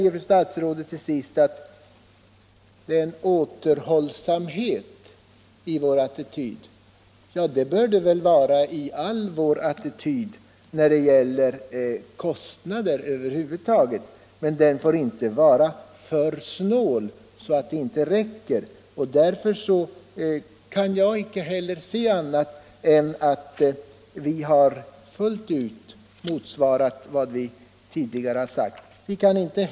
Fru statsrådet sade också att det är en återhållsamhet i vår attityd. Ja, det bör det väl vara när det gäller kostnader. Men man bör naturligtvis inte inta en så snål attityd, att de anslagna pengarna inte räcker till. Jag kan emellertid inte se annat än att vi fullt ut har täckning för kostnaderna.